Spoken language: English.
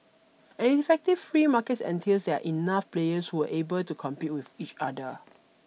an effective free market entails that enough players who will able to compete with each other